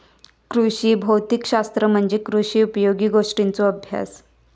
कृषी भौतिक शास्त्र म्हणजे कृषी उपयोगी गोष्टींचों अभ्यास